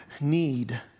need